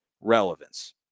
relevance